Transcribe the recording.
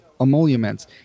emoluments